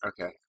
Okay